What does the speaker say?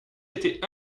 été